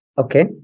Okay